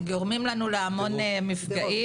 גורמים לנו להמון מפגעים.